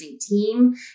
team